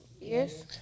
Yes